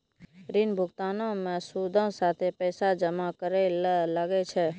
ऋण भुगतानो मे सूदो साथे पैसो जमा करै ल लागै छै